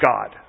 God